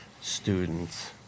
students